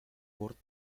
cort